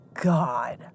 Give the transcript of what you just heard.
God